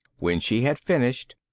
when she had finished,